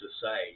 society